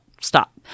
stop